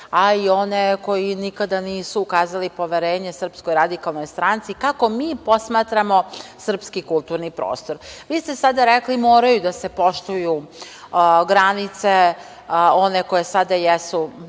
a i one koji nikada nisu ukazali poverenje SRS, kako mi posmatramo srpski kulturni prostor. Vi ste sada rekli – moraju da se poštuju granice one koje sada jesu.